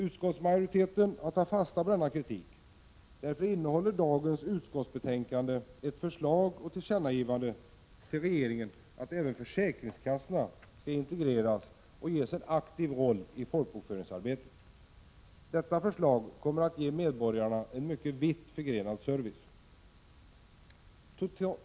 Utskottsmajoriteten har tagit fasta på denna kritik. Därför innehåller dagens utskottsbetänkande ett förslag — och tillkännagivande till regeringen — att även försäkringskassorna skall integreras och ges en aktiv roll i folkbokföringsarbetet. Detta förslag kommer att ge medborgarna en mycket vitt förgrenad service.